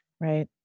Right